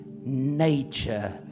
nature